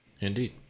indeed